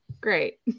Great